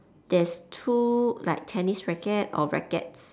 there's two like tennis racket or rackets